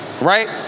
right